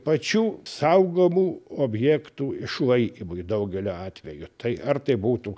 pačių saugomų objektų išlaikymui daugeliu atvejų tai ar tai būtų